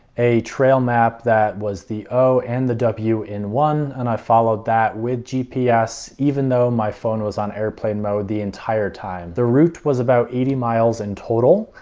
a trail map that was the o and the w in one and i followed that with gps, even though my phone was on airplane mode the entire time. the route was about eighty miles in and total.